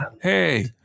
hey